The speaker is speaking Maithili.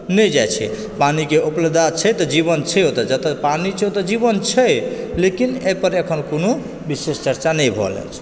नहि जाइ छै पानिकऽ उपलब्धता छै तऽ जीवन छै ओतय जेतय पानि छै ओतय जीवन छै लेकिन एहि पर अखन कोनो विशेष चर्चा नहि भऽ रहल छै